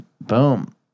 Boom